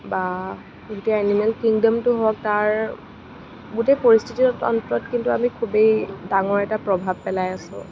বা গোটেই এনিমেল কিনডমটোৱে হওক তাৰ গোটেই পৰিস্থিতি তন্ত্ৰত কিন্তু আমি খুবেই এটা ডাঙৰ প্ৰভাৱ পেলাই আছোঁ